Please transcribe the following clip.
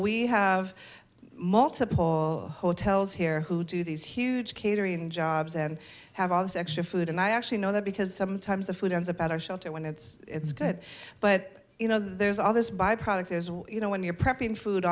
we have multiple hotels here who do these huge catering jobs and have all this extra food and i actually know that because sometimes the food ends about our shelter when it's good but you know there's all this byproduct you know when you're prepping food